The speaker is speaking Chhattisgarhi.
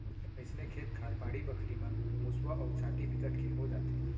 अइसने खेत खार, बाड़ी बखरी म मुसवा अउ चाटी बिकट के हो जाथे